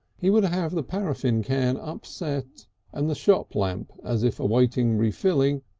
he would have the paraffine can upset and the shop lamp, as if awaiting refilling,